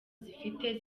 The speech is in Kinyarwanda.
zifite